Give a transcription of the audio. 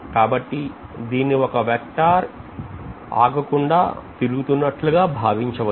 కాబట్టి దీన్ని ఒక vector ఆగకుండా డా తిరుగుతున్నట్లుగా భావించవచ్చు